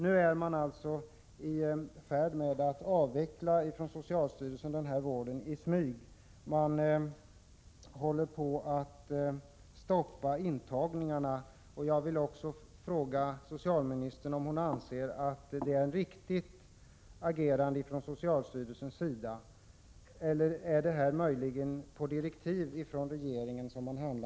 Nu är alltså socialstyrelsen i fäård med att i smyg avveckla denna vård. Man håller på att stoppa intagningarna.